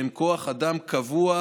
והם כוח אדם קבוע,